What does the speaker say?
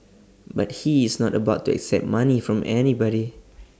but he is not about to accept money from anybody